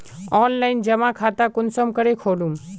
Online जमा खाता कुंसम करे खोलूम?